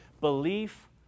Belief